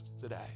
today